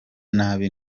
nabi